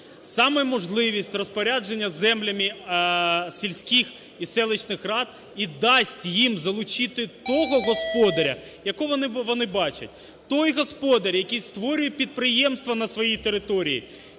Саме можливість розпорядження землями сільських і селищних рад і дасть їм залучити того господаря, якого вони бачать, той господар, який створює підприємства на своїй території.